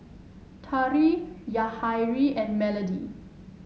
Tari Yahaira and Melody